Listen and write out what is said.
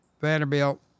Vanderbilt